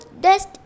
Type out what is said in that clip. dust